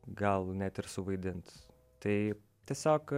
gal net ir suvaidint tai tiesiog